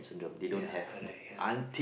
ya correct ya